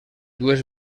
dues